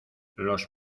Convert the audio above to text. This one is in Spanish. los